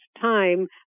time